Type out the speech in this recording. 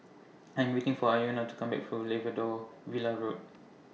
I Am waiting For Iona to Come Back For Labrador Villa Road